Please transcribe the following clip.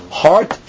heart